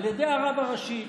על ידי הרב הראשי,